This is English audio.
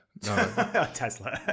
tesla